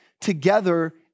together